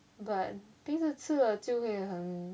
but 平时吃了就会很